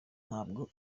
ntabwo